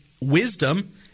Wisdom